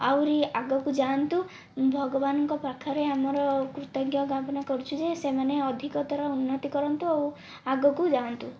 ଆହୁରି ଆଗକୁ ଯାଆନ୍ତୁ ଭଗବାନଙ୍କ ପାଖରେ ଆମର କୃତଜ୍ଞ ଜ୍ଞାପନା କରୁଛୁ ଯେ ସେମାନେ ଅଧିକତର ଉନ୍ନତି କରନ୍ତୁ ଆଉ ଆଗକୁ ଯାଆନ୍ତୁ